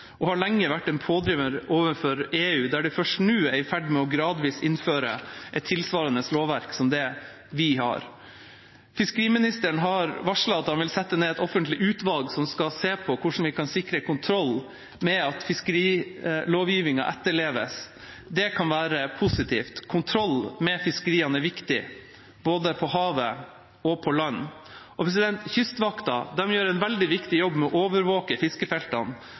og har lenge vært en pådriver overfor EU, der de først nå er i ferd med gradvis å innføre et lovverk tilsvarende det som vi har. Fiskeriministeren har varslet at han vil sette ned et offentlig utvalg som skal se på hvordan vi kan sikre kontroll med at fiskerilovgivningen etterleves. Det kan være positivt. Kontroll med fiskeriene er viktig, både på havet og på land. Kystvakta gjør en veldig viktig jobb med å overvåke fiskefeltene